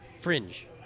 Fringe